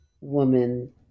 woman